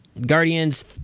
Guardians